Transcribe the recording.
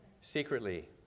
secretly